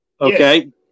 Okay